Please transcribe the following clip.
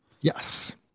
yes